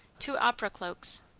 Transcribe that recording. two opera cloaks.